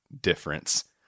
difference